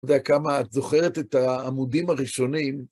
לא יודע כמה את זוכרת את העמודים הראשונים.